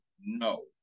No